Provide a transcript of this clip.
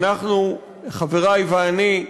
אנחנו, חברי ואני,